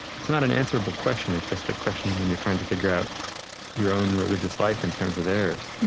it's not an answerable question it's just a question when you're trying to figure out your own religious life in terms of theirs.